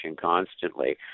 constantly